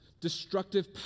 destructive